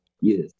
Yes